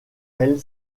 elle